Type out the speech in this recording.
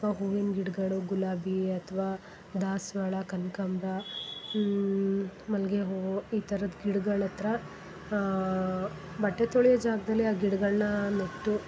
ಅಥ್ವಾ ಹೂವಿನ ಗಿಡ್ಗಳು ಗುಲಾಬಿ ಅಥ್ವಾ ದಾಸ್ವಾಳ ಕನ್ಕಾಂಬ್ರಾ ಮಲ್ಲಿಗೆ ಹೂವು ಈ ಥರದ ಗಿಡ್ಗಳ ಹತ್ರ ಬಟ್ಟೆ ತೊಳಿಯೋ ಜಾಗದಲ್ಲಿ ಆ ಗಿಡ್ಗಳ್ನ ನಟ್ಟು